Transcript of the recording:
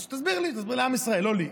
אז שתסביר לי, שתסביר לעם ישראל, לא לי.